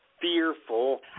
Fearful